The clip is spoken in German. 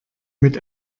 mit